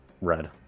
red